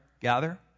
Gather